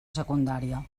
secundària